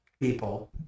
people